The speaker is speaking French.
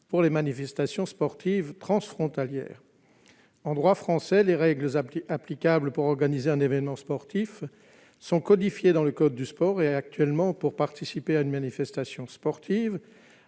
pour les manifestations sportives transfrontalières. En droit français, les règles applicables pour organiser un événement sportif sont codifiées dans le code du sport : actuellement, pour participer à une manifestation sportive,